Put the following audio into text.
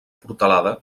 portalada